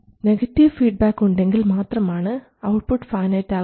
negative feedback ഉണ്ടെങ്കിൽ മാത്രമാണ് output finite ആകുന്നത്